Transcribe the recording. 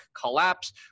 collapse